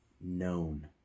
known